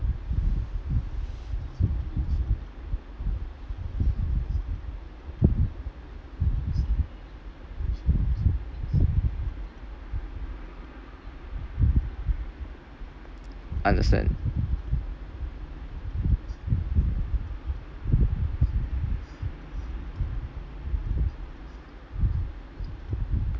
understand